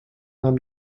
nahm